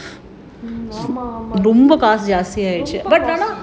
ஆமா:aamaa